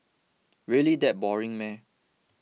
really that boring